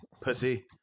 pussy